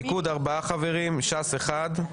הליכוד ארבעה חברים, ש"ס אחד,